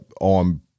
on